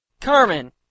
Carmen